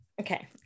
okay